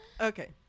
Okay